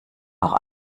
auch